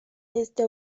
este